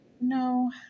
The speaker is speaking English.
No